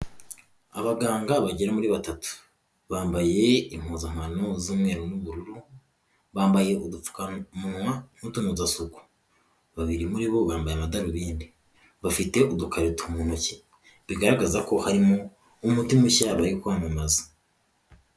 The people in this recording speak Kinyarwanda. Abaganga bagera muri batatu bambaye impuzankano z'umweru n'ubururu, bambaye udupfukamunwa n'utunozasuku. Babiri muri bo bambaye amadarubindi bafite udukarito mu ntoki, bigaragaza ko harimo umuti mushya bari kwamamaza.